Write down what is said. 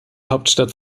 hauptstadt